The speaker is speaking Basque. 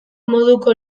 moduko